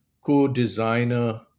co-designer